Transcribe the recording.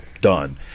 done